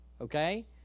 Okay